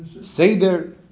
Seder